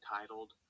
titled